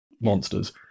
monsters